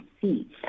see